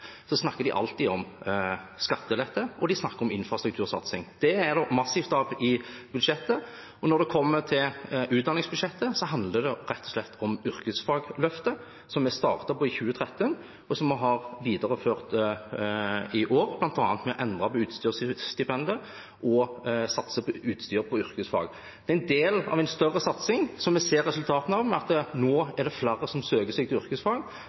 snakker de alltid om skattelette og infrastruktursatsing. Det er det massivt av i budsjettet. Når det gjelder utdanningsbudsjettet, handler det rett og slett om yrkesfagløftet, som vi startet på i 2013 og har videreført i år, bl.a. ved å endre på utstyrsstipendet og satse på utstyr til yrkesfag. Det er en del av en større satsing, som vi ser resultatet av ved at det nå er flere som søker seg til yrkesfag,